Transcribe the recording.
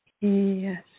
Yes